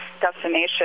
destination